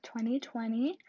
2020